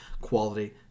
quality